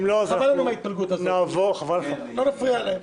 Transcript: חבל לנו מההתפלגות הזאת, אבל לא נפריע להם.